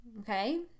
Okay